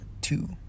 two